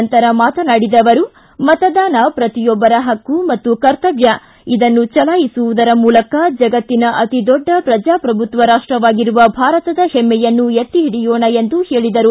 ನಂತರ ಮಾತನಾಡಿದ ಅವರು ಮತದಾನ ಪ್ರತಿಯೊಬ್ಬರ ಹಕ್ಕು ಮತ್ತು ಕರ್ತವ್ಹ ಇದನ್ನು ಚಲಾಯಿಸುವುದರ ಮೂಲಕ ಜಗತ್ತಿನ ಅತಿದೊಡ್ಡ ಪ್ರಜಾಪ್ರಭುತ್ವ ರಾಷ್ಟವಾಗಿರುವ ಭಾರತದ ಹೆಮ್ಮೆಯನ್ನು ಎತ್ತಿಹಿಡಿಯೋಣ ಎಂದರು